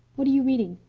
what are you reading?